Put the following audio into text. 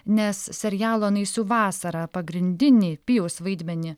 nes serialo naisių vasara pagrindinį pijaus vaidmenį